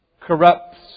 corrupts